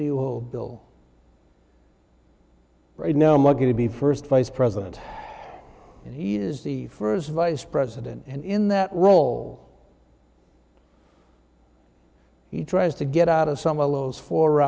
hold bill right now i'm going to be first vice president and he is the first vice president in that role he tries to get out of some of those four